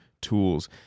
tools